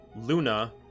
Luna